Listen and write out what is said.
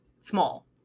small